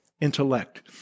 intellect